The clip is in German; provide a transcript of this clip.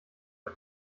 auf